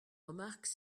remarque